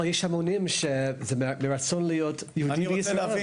אבל יש המונים שזה מרצון להיות יהודי בישראל.